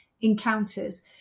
encounters